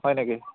হয় নেকি